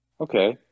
Okay